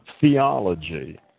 Theology